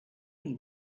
only